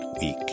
week